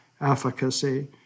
efficacy